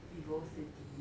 vivo city